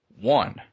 One